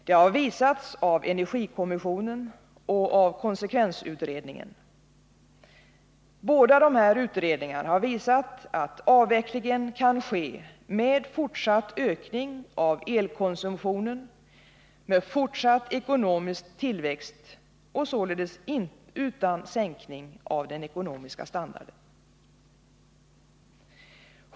Det har visats av energikommissionen och av konsekvensutredningen. Båda dessa utredningar har visat att avvecklingen kan ske med fortsatt ökning av elkonsumtionen, med fortsatt ekonomisk tillväxt och således utan sänkning av den ekonomiska standarden.